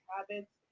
Habits